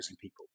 people